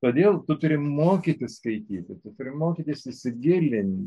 todėl tu turi mokytis skaityti tikri mokytis įsigilin